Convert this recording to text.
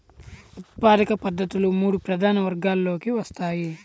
ఉత్పాదక పద్ధతులు మూడు ప్రధాన వర్గాలలోకి వస్తాయి